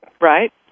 Right